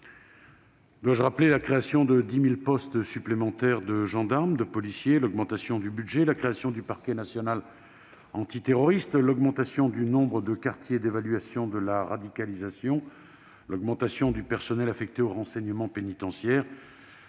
Dois-je rappeler la création de 10 000 postes supplémentaires de gendarmes et de policiers, l'augmentation du budget de la justice, la création du parquet national antiterroriste, l'augmentation du nombre de quartiers d'évaluation de la radicalisation (QER), l'augmentation du personnel affecté au renseignement pénitentiaire